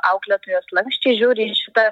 auklėtojos lanksčiai žiūri į šitą